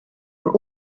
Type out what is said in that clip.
were